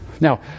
Now